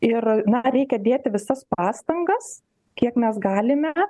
ir na reikia dėti visas pastangas kiek mes galime